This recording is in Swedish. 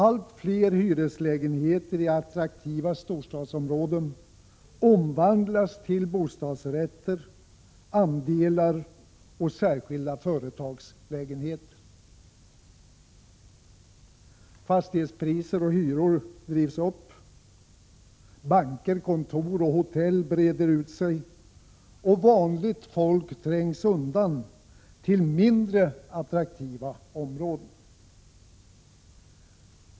Allt fler hyreslägenheter i attraktiva storstadsområden omvandlas till bostadsrätter, andelslägenheter och särskilda företagslägenheter. Fastighetspriser och hyror drivs upp. Banker, kontor och hotell breder ut sig, och vanligt folk trängs undan och hänvisas till mindre attraktiva områden.